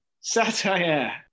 satire